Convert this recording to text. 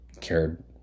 Cared